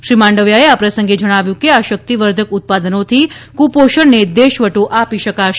શ્રી માંડવિયાએ આ પ્રસંગે જણાવ્યુ છે કે આ શક્તિવર્ધક ઉત્પાદનોથી કુપોષણને દેશવટો આપી શકાશે